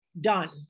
done